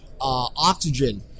oxygen